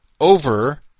Over